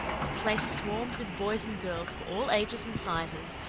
the place swarmed with boys and girls of all ages and sizes,